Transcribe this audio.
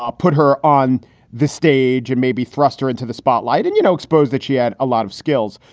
um put her on the stage and maybe thrust her into the spotlight and, you know, expose that she had a lot of skills.